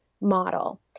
model